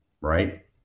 right